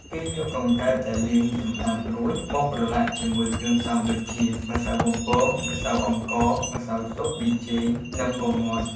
គេយកកង្កែបដែលលាងសម្អាតរួច មកប្រឡាក់ជាមួយគ្រឿងផ្សំដូចជា ម្សៅបំពង ម្សៅអង្ករ ម្សៅស៊ុប ប៊ីចេង និងពងមាន់។